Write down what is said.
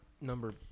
number